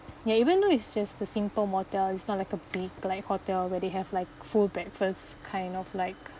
ya even though is just a simple motel is not like a big like hotel where they have like full breakfast kind of like